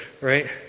right